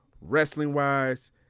Wrestling-wise